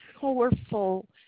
powerful